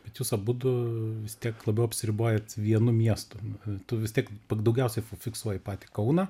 bet jūs abudu vis tiek labiau apsiribojot vienu miestu tu vis tiek daugiausiai tu fiksuoji patį kauną